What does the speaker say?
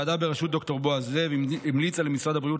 ועדה בראשות ד"ר בועז לב המליצה למשרד הבריאות